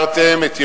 הפקרתם את ירושלים,